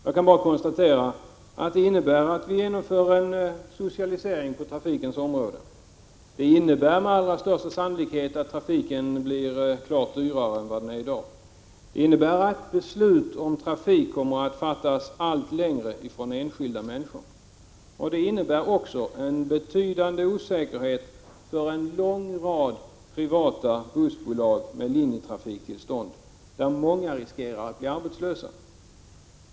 Jag kan bara konstatera att det innebär att vi genomför en socialisering på trafikens område. Detta innebär med största sannolikhet att trafiken blir klart dyrare än vad den är i dag. Beslut om trafiken kommer att fattas allt längre från enskilda människor. Det innebär också en betydande osäkerhet för en lång rad privata bussbolag med linjetrafiktillstånd och där många riskerar att bli arbetslösa.